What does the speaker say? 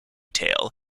tale